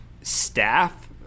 staff